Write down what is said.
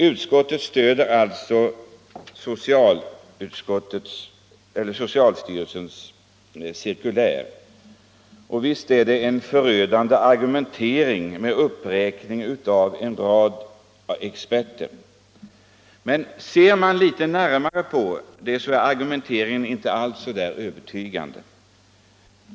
Utskottet stöder alltså socialstyrelsens cirkulär, och visst är det en förödande argumentering, med uppräkning av en rad experter! Men ser man litet närmare på argumenteringen, finner man att den inte är alldeles övertygande.